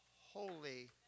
holy